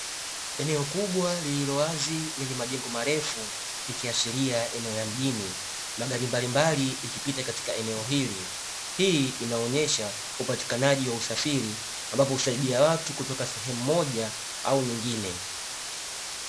Eneo kubwa lililo wazi lenye majengo marefu, likiashiria eneo la mjini; magari mbalimbali yakipita katika eneo hili. Hii inaonyesha upatikanaji wa usafiri ambapo husaidia watu kutoka sehemu moja au nyingine.